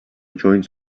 joints